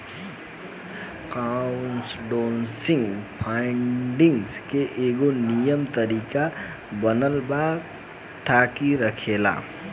crowdsourcing funding के एगो निमन तरीका बनल बा थाती रखेला